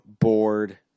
bored